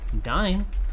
dying